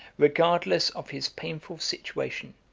regardless of his painful situation,